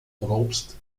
propst